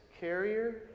Carrier